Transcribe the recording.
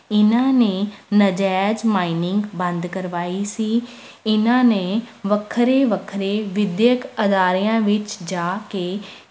ਇਨ੍ਹਾਂ ਨੇ ਨਜਾਇਜ਼ ਮਾਈਨਿੰਗ ਬੰਦ ਕਰਵਾਈ ਸੀ ਇਨ੍ਹਾਂ ਨੇ ਵੱਖਰੇ ਵੱਖਰੇ ਵਿੱਦਿਅਕ ਅਦਾਰਿਆਂ ਵਿੱਚ ਜਾ ਕੇ